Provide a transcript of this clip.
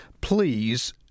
please